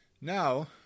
Now